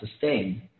sustain